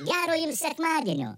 gero jums sekmadienio